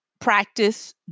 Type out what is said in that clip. practice